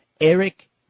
Eric